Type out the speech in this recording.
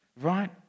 right